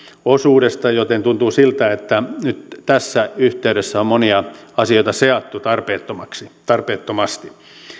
osuudesta joten tuntuu siltä että nyt tässä yhteydessä on monia asioita seattu tarpeettomasti tarpeettomasti